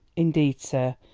indeed, sir,